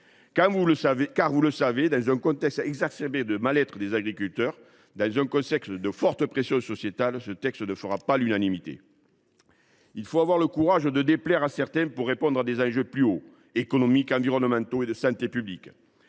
savez bien que, dans un contexte exacerbé de mal être des agriculteurs et de forte pression sociétale, ce texte ne fera pas l’unanimité. Il faut avoir le courage de déplaire à certains pour répondre à des enjeux plus élevés, qu’ils soient économiques, environnementaux ou de santé publique.